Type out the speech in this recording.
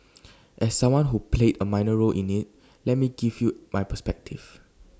as someone who played A minor role in IT let me give you my perspective